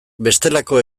bestelako